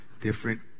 different